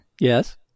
Yes